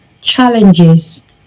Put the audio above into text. challenges